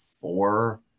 four